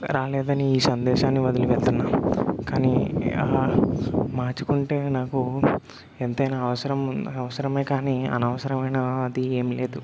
రాలేదని ఈ సందేశాన్ని వదిలి వెళ్తున్నా కానీ మార్చుకుంటే నాకు ఎంతైనా అవసరం ఉంద్ అవసరమే కానీ అనవసరమైనాది ఏం లేదు